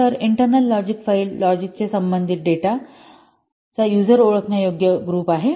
तर internal logic file logically संबंधित डेटाचा यूजर ओळखण्यायोग्य गट आहे